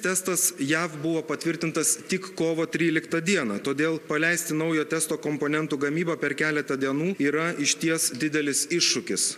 testas jav buvo patvirtintas tik kovo tryliktą dieną todėl paleisti naujo testo komponentų gamybą per keletą dienų yra išties didelis iššūkis